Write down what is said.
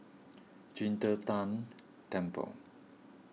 Qing De Tang Temple